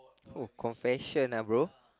oh confession uh bro